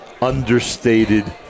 understated